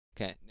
Okay